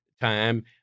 time